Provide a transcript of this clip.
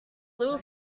little